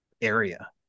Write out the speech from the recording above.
area